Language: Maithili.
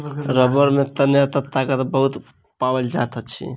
रबड़ में तन्यता ताकत बहुत पाओल जाइत अछि